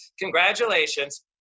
Congratulations